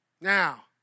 Now